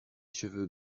cheveux